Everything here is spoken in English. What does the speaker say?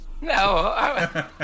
no